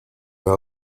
have